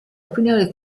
opinioni